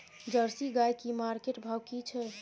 Jersey गाय की market भाव की छै?